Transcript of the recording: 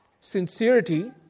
sincerity